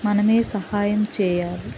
మనమే సహాయం చేయాలి